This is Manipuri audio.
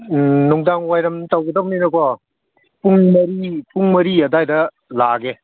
ꯅꯨꯡꯗꯥꯡꯋꯥꯏꯔꯝ ꯇꯧꯒꯗꯕꯅꯤꯅꯀꯣ ꯄꯨꯡ ꯃꯔꯤ ꯄꯨꯡ ꯃꯔꯤ ꯑꯗꯥꯏꯗ ꯂꯥꯛꯑꯒꯦ